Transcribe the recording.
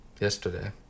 yesterday